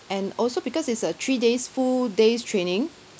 and also because it's a three days full day's training